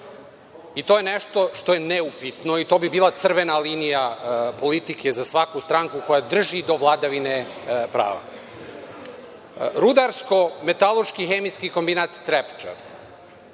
i to je nešto što je neupitno i to bi bila crvena linija politike za svaku stranku koja drži do vladavine prava. Rudarsko metaloški hemijski kombinat „Trepča“